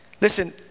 Listen